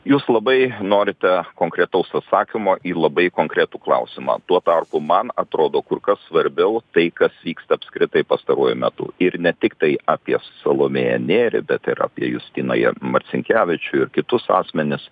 jūs labai norite konkretaus atsakymo į labai konkretų klausimą tuo tarpu man atrodo kur kas svarbiau tai kas vyksta apskritai pastaruoju metu ir ne tiktai apie salomėją nėrį bet ir apie justiną marcinkevičių kitus asmenis